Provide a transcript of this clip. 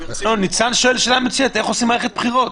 ניצן שואל שאלה מצוינת, איך עושים מערכת בחירות?